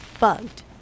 bugged